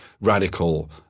radical